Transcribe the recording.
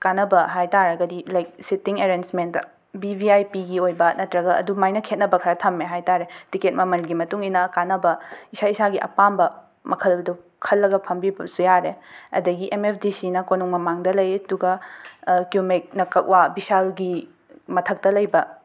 ꯀꯥꯟꯅꯕ ꯍꯥꯏꯇꯥꯔꯒꯗꯤ like sitting ꯑꯦꯔꯦꯟꯖꯃꯦꯟꯗ ꯕꯤ ꯕꯤ ꯑꯥꯏ ꯄꯤꯒꯤ ꯑꯣꯏꯕ ꯅꯠꯇ꯭ꯔꯒ ꯑꯗꯨꯃꯥꯏꯅ ꯈꯦꯠꯅꯕ ꯈꯔ ꯊꯝꯃꯦ ꯍꯥꯏꯇꯥꯔꯦ ꯇꯤꯀꯦꯠ ꯃꯃꯜꯒꯤ ꯃꯇꯨꯡ ꯏꯟꯅ ꯀꯥꯟꯅꯕ ꯏꯁꯥ ꯏꯁꯥꯒꯤ ꯑꯄꯥꯝꯕ ꯃꯈꯜꯗꯨ ꯈꯜꯂꯒ ꯐꯝꯕꯤꯕꯁꯨ ꯌꯥꯔꯦ ꯑꯗꯒꯤ ꯑꯦꯝ ꯑꯦꯐ ꯗꯤ ꯁꯤꯅ ꯀꯣꯅꯨꯡ ꯃꯃꯥꯡꯗ ꯂꯩ ꯑꯗꯨꯒ ꯀ꯭꯭ꯌꯨꯃꯦꯛꯅ ꯀꯛꯋꯥ ꯕꯤꯁꯥꯜꯒꯤ ꯃꯊꯛꯇ ꯂꯩꯕ